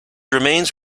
remains